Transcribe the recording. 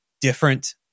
different